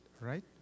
right